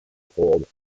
called